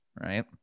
right